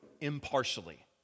impartially